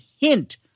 hint